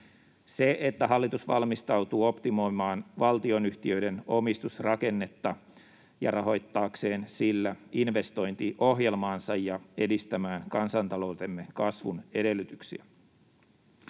se, että hallitus valmistautuu optimoimaan valtionyhtiöiden omistusrakennetta rahoittaakseen sillä investointiohjelmaansa ja edistääkseen kansantaloutemme kasvun edellytyksiä.